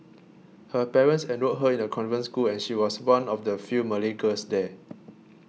her parents enrolled her in a convent school and she was one of the few Malay girls there